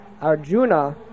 Arjuna